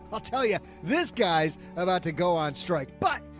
i'll tell you this. guy's about to go on strike, but.